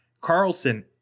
Carlson